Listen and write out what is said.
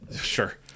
Sure